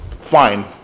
fine